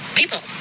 people